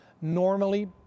normally